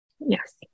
yes